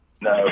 No